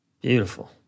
Beautiful